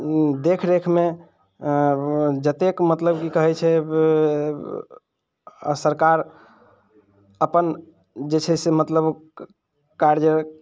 देखरेखमे अऽ जतेक मतलब की कहै छै अऽ सरकार अपन जे छै से मतलब क कार्य